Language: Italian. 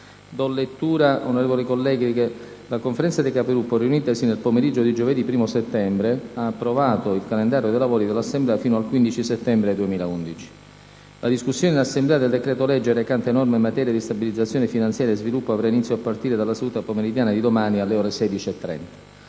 Onorevoli colleghi, la Conferenza dei Capigruppo, riunitasi nel pomeriggio di giovedì 1° settembre, ha approvato il calendario dei lavori dell'Assemblea fino al 15 settembre 2011. La discussione in Assemblea del decreto-legge recante norme in materia di stabilizzazione finanziaria e sviluppo avrà inizio a partire dalla seduta pomeridiana di domani, alle ore 16,30.